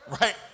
right